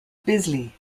bisley